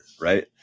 Right